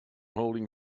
holding